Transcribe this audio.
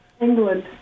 England